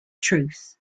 truth